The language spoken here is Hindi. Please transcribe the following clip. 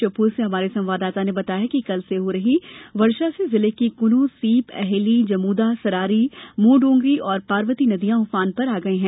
श्योप्र से हमारे संवाददाता ने बताया है कि कल से हो रही बारिश से जिले की कूनो सीप अहेली जमूदा सरारी मोरडोंगरी और पार्वती नदियां उफान पर आ गई हैं